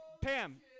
Pam